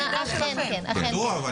אכן כך.